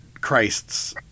Christ's